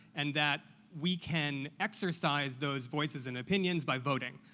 and that we can exercise those voices and opinions by voting.